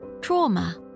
trauma